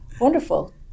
Wonderful